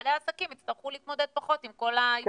בעלי העסקים יצטרכו להתמודד פחות עם כל העיוותים האלה.